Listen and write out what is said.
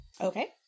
Okay